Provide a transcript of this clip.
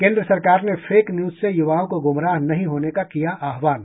केन्द्र सरकार ने फेक न्यूज से युवाओं को गुमराह नहीं होने का किया आहवान